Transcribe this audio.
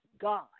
God